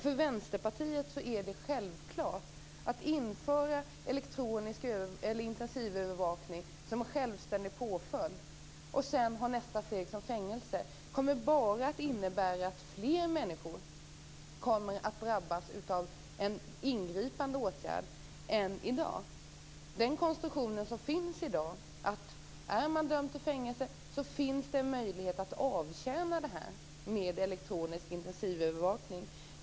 För Vänsterpartiet är det självklart att om man inför elektronisk intensivövervakning som självständig påföljd och sedan som nästa steg har fängelse kommer det att innebära att fler människor än i dag kommer att drabbas ingripande åtgärd. Den konstruktion som finns i dag är att den som är dömd till fängelse har en möjlighet att avtjäna straffet med elektronisk intensivövervakning.